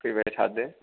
फैबाय थादो